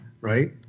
right